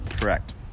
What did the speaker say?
correct